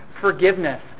forgiveness